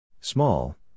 Small